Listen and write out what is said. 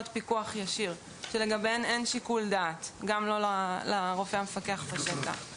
פיקוח ישיר ולגביהן אין שיקול דעת לרופא המפקח בשטח,